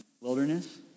Wilderness